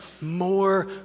more